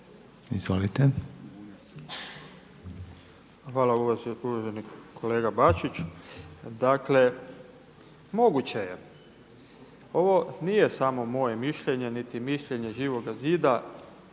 zid)** Hvala. Uvaženi kolega Bačić, dakle moguće je ovo nije samo moje mišljenje niti mišljenje Živoga zida.